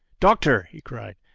doctor! he cried,